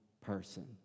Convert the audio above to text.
person